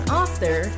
author